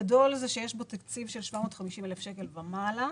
גדול זה שיש לו תקציב של 750,000 שקל ומעלה.